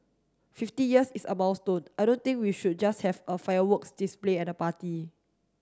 fifty years is a milestone I don't think we should just have a fireworks display and a party